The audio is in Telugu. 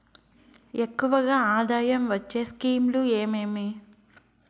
ఎక్కువగా ఆదాయం వచ్చే స్కీమ్ లు ఏమేమీ?